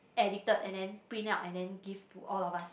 addicted and then print out and then give to all of us